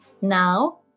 now